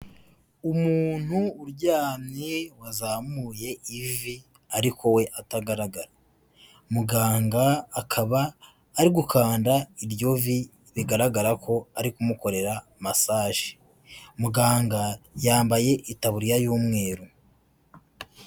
Umuntu uryamye wazamuye ivi ariko we atagaragara, muganga akaba ari gukanda iryo vi bigaragara ko ari kumukorera masaje, muganga yambaye itaburiya y'umweru.